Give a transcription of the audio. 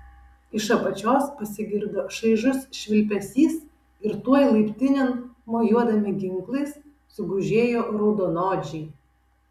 iš apačios pasigirdo šaižus švilpesys ir tuoj laiptinėn mojuodami ginklais sugužėjo raudonodžiai